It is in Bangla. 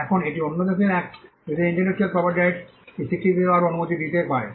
এখন এটি অন্য দেশের এক দেশের ইন্টেলেকচুয়াল প্রপার্টিরাইটস কে স্বীকৃতি দেওয়ারও অনুমতি দিতে পারে